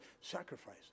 sacrifice